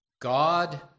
God